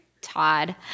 Todd